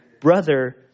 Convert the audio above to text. brother